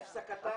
להפסקתה.